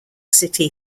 city